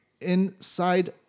inside